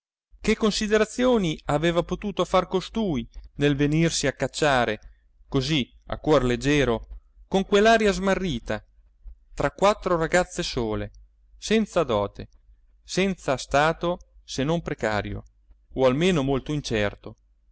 che considerazioni aveva potuto far costui nel venirsi a cacciare così a cuor leggero con quell'aria smarrita tra quattro ragazze sole senza dote senza stato se non precario o almeno molto incerto